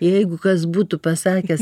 jeigu kas būtų pasakęs